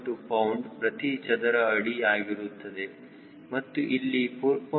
2 pound ಪ್ರತಿ ಚದರ ಅಡಿ ಆಗಿರುತ್ತದೆ ಮತ್ತು ಇಲ್ಲಿ 4